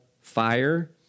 fire